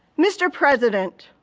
mr. president,